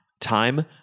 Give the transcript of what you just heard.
time